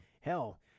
hell